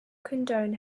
condone